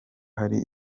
hari